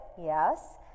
Yes